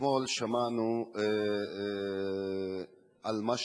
אתמול שמענו על מה שקרה,